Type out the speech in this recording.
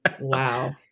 Wow